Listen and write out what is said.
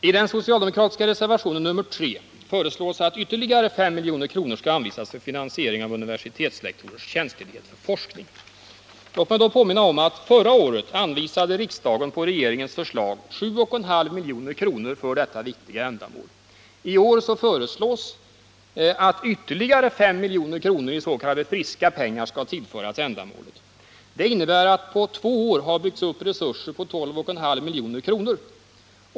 I den socialdemokratiska reservationen nr 3 föreslås att ytterligare 5 milj.kr. skall anvisas för finansiering av universitetslektorers tjänstledighet för forskning. Låt mig i detta sammanhang påminna om att riksdagen på regeringens förslag förra året anvisade 7,5 milj.kr. för detta viktiga ändamål. I år föreslås att ytterligare 5 milj.kr. i s.k. friska pengar skall tillföras för ändamålet. Det innebär att på två år har resurser på 12,5 milj.kr. byggts upp.